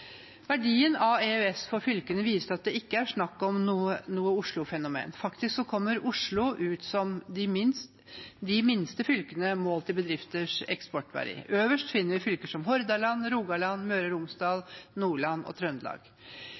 Verdien av EØS for fylkene viser at det ikke er snakk om noe Oslo-fenomen. Faktisk kommer Oslo ut som et av de minste fylkene målt i bedrifters eksportverdi. Øverst finner vi fylker som Hordaland, Rogaland, Møre og Romsdal, Nordland og Trøndelag.